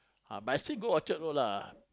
but I still go Orchard-Road lah